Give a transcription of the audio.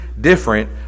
different